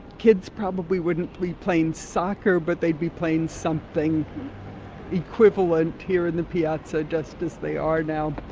kids probably wouldn't be playing soccer, but they'd be playing something equivalent here in the piazza, just as they are now.